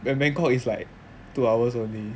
when bangkok is like two hours only